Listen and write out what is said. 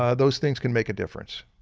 ah those things can make a difference.